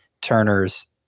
Turner's